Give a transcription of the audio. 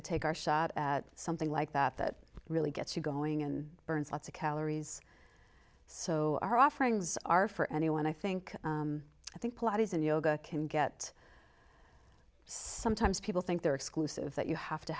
of take our shot at something like that that really gets you going and burns lots of calories so our offerings are for anyone i think i think plot is in yoga can get sometimes people think they're exclusive that you have to